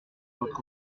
votre